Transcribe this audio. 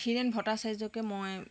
হীৰেণ ভট্টাচাৰ্য্যকে মই